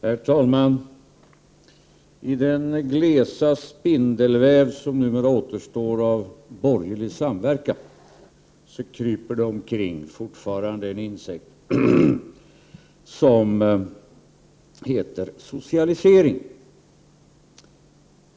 Herr talman! I den glesa spindelväv som numera återstår av borgerlig samverkan kryper det fortfarande omkring en insekt som heter socialisering.